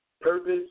Purpose